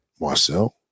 Marcel